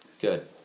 Good